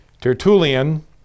Tertullian